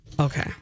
Okay